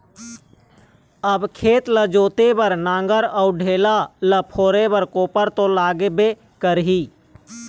अब खेत ल जोते बर नांगर अउ ढेला ल फोरे बर कोपर तो लागबे करही